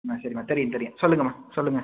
ஆ சரிம்மா தெரியும் தெரியும் சொல்லுங்கம்மா சொல்லுங்கள்